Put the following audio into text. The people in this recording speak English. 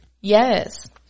Yes